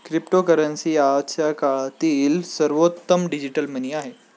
cryptocurrency आजच्या काळातील सर्वोत्तम डिजिटल मनी आहे